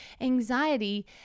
anxiety